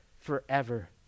forever